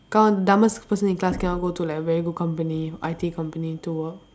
cause dumbest person in class cannot go to like very good company I_T company to work